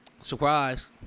Surprise